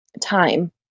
time